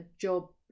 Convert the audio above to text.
job